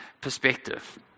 perspective